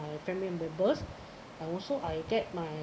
my family members I also I get my